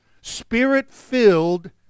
spirit-filled